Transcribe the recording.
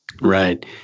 Right